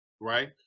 Right